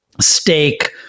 steak